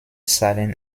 zahlen